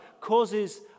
causes